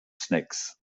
snacks